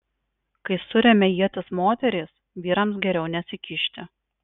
kai suremia ietis moterys vyrams geriau nesikišti